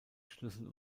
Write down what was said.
schlüssel